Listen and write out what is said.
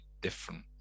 different